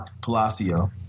Palacio